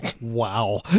Wow